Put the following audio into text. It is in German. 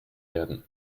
werden